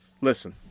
Listen